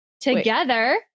Together